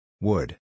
Wood